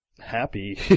happy